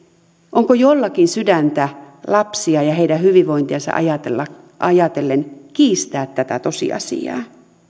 onko jollakin sydäntä lapsia ja heidän hyvinvointiansa ajatellen kiistää tätä tosiasiaa